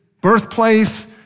birthplace